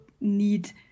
need